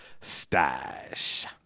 stash